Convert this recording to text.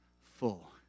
full